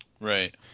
Right